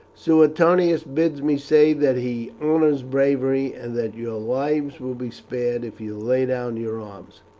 suetonius bids me say that he honours bravery, and that your lives will be spared if you lay down your arms.